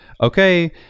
okay